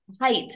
height